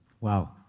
Wow